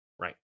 right